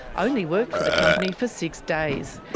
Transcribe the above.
only worked for the company for six days,